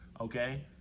Okay